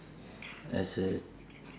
as a